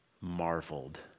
marveled